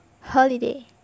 Holiday